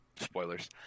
Spoilers